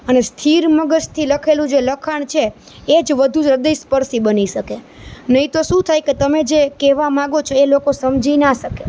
અને સ્થિર મગજથી લખેલું જે લખાણ છે એ જ વધું હ્રદયસ્પર્શી બની શકે નહી તો શું થાય કે તમે જે કહેવા માંગો છો એ લોકો સમજી ના શકે